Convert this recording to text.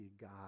God